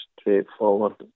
straightforward